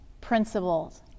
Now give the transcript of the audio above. principles